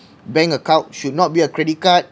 bank account should not be a credit card